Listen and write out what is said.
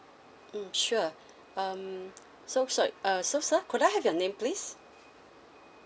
mm sure um so sorry uh so sir could I have your name please